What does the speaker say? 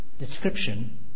description